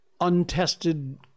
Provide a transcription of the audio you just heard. untested